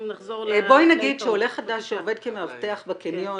בואי נגיד שעולה חדש שעובד כמאבטח בקניון,